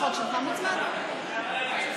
הצעת חוק חובת המכרזים (תיקון מס' 24,